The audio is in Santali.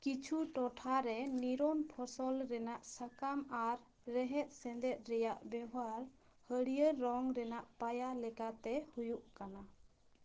ᱠᱤᱪᱷᱩ ᱴᱚᱴᱷᱟ ᱨᱮ ᱱᱤᱨᱚᱱ ᱯᱷᱚᱥᱚᱞ ᱨᱮᱱᱟᱜ ᱥᱟᱠᱟᱢ ᱟᱨ ᱨᱮᱦᱮᱫᱽ ᱥᱮᱸᱫᱮᱫᱽ ᱨᱮᱭᱟᱜ ᱵᱮᱣᱦᱟᱨ ᱦᱟᱹᱲᱭᱟᱹᱲ ᱨᱚᱝ ᱨᱮᱱᱟᱜ ᱯᱟᱭᱟ ᱞᱮᱠᱟᱛᱮ ᱦᱩᱭᱩᱜ ᱠᱟᱱᱟ